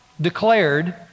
declared